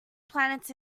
planets